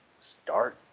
start